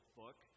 book